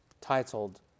Titled